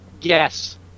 Yes